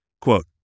Quote